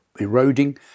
eroding